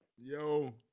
Yo